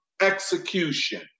execution